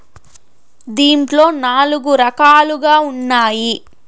దీంట్లో నాలుగు రకాలుగా ఉన్నాయి